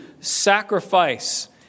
sacrifice